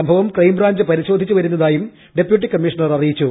സംഭവം ക്രൈംബ്രാഞ്ച് പരിശോധിച്ച് വരുന്നതായും ഡെപ്യൂട്ടി കമ്മീഷണർ അറിയിച്ചു